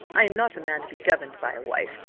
i am not a man to be governed by a wife,